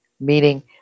meaning